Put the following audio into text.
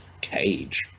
cage